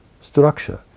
structure